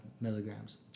milligrams